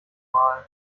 malen